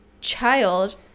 child